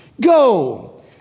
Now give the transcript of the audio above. Go